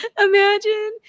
imagine